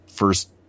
First